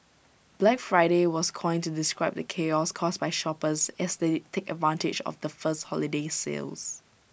Black Friday was coined to describe the chaos caused by shoppers as they take advantage of the first holiday sales